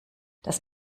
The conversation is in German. das